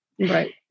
Right